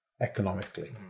economically